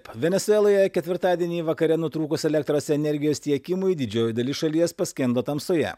venesueloje ketvirtadienį vakare nutrūkus elektros energijos tiekimui didžioji dalis šalies paskendo tamsoje